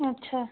अच्छा